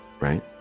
right